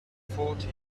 fourty